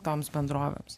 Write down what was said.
toms bendrovėms